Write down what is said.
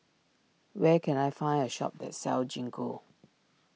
where can I find a shop that sells Gingko